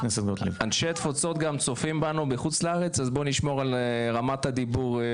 אנשי תפוצות גם צופים בנו בחוץ לארץ אז בואו נשמור גם על רמת הדיבור.